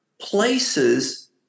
places